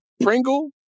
Pringle